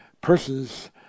persons